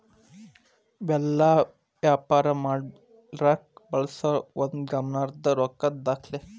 ಎಲ್ಲಾ ವ್ಯಾಪಾರ ಮಾಲೇಕ್ರ ಬಳಸೋ ಒಂದು ಗಮನಾರ್ಹದ್ದ ರೊಕ್ಕದ್ ದಾಖಲೆ